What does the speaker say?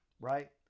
right